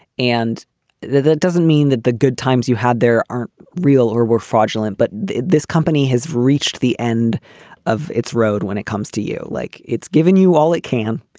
and that doesn't mean that the good times you had there aren't real or were fraudulent. but this company has reached the end of its road when it comes to you, like it's given you all it can.